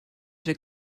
der